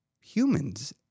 humans